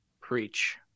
Preach